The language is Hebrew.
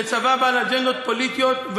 לצבא בעל אג'נדות פוליטיות,